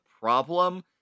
problem